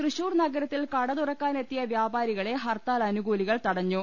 തൃശൂർ നഗരത്തിൽ കടതുറക്കാനെത്തിയ വ്യാപാരികളെ ഹർത്താൽ അനുകൂലികൾ തടഞ്ഞു